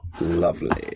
Lovely